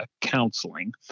counseling